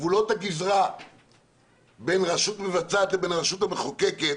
גבולות הגזרה בין רשות מבצעת לבין הרשות המחוקקת,